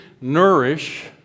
nourish